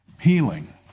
Healing